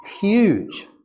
huge